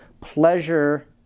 pleasure